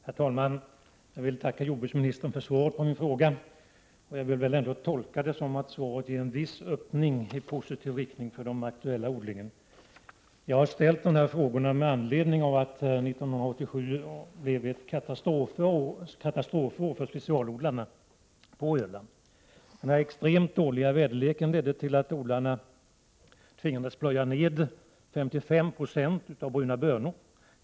Herr talman! Jag tackar jordbruksministern för svaret på min fråga. Jag vill tolka svaret som en viss öppning i positiv riktning för de aktuella odlarna. Jag har ställt frågan med anledning av att 1987 blev ett katastrofår för specialodlarna på Öland. Den extremt dåliga väderleken ledde till att odlarna tvingades plöja ned 55 20 av mängden bruna bönor.